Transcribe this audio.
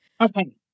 Okay